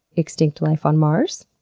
extinct life on mars?